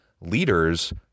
leaders